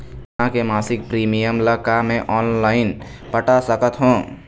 बीमा के मासिक प्रीमियम ला का मैं ऑनलाइन पटाए सकत हो?